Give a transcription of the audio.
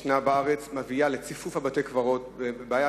שקיימת בארץ מביאה לציפוף בתי-הקברות ולבעיה